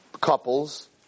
couples